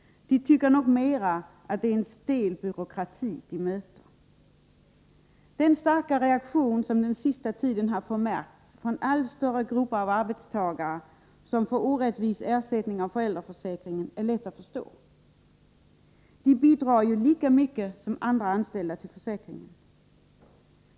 De tycker nog i stället att det är en stel byråkrati de möter. Den starka reaktion som under den senaste tiden har förmärkts från allt större grupper av arbetstagare som får en orättvis ersättning genom föräldraförsäkringen är lätt att förstå. De bidrar ju lika mycket som andra anställda till försäkringen.